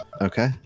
Okay